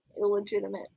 illegitimate